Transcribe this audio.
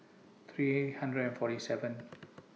three hundred and forty seventh